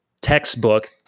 textbook